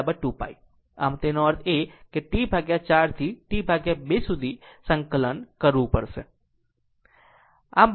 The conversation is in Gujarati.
આમ આ છે તેનો અર્થ એ કે t 4 થી t 2 સુધી સંકલન કરવું પડશે